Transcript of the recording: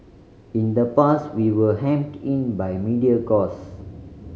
in the past we were hemmed in by media cost